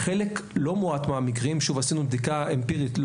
בחלק לא מועט מהמקרים, שוב, עשינו בדיקה אמפירית.